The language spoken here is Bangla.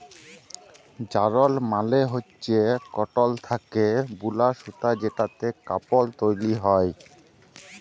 যারল মালে হচ্যে কটল থ্যাকে বুলা সুতা যেটতে কাপল তৈরি হ্যয়